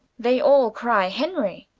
they all cry, henry.